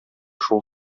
шул